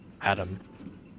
Adam